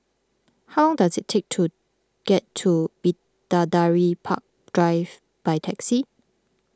how does it take to get to Bidadari Park Drive by taxi